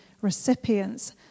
recipients